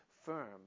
firm